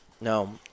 No